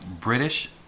British